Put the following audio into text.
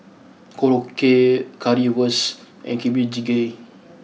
Korokke Currywurst and Kimchi jjigae